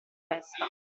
festa